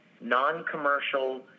non-commercial